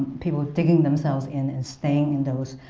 people digging themselves in and staying in those